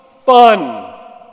fun